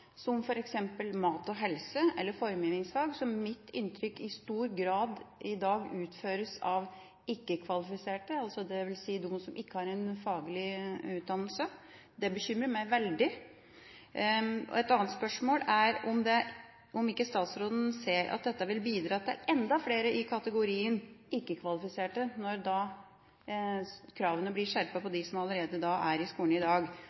som f.eks. mat og helse eller formgivingsfag, der mitt inntrykk er at undervisninga i dag i stor grad utføres av ikke-kvalifiserte – det vil altså si dem som ikke har en faglig utdannelse? Det bekymrer meg veldig. For det andre: Ser ikke statsråden at dette vil bidra til at det kommer enda flere i kategorien «ikke-kvalifiserte» når kravene blir skjerpet for dem som allerede er i skolen i dag?